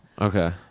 Okay